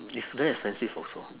it's very expensive also